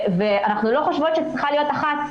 אנחנו לא חושבות שצריכה להיות אחת,